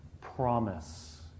promise